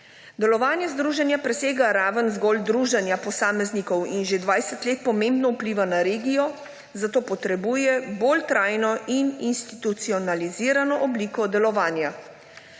Delovanje združenja presega raven zgolj druženja posameznikov in že 20 let pomembno vpliva na regijo, zato potrebuje bolj trajno in institucionalizirano obliko delovanja.